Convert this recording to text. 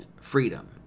freedom